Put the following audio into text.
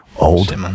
Old